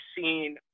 seen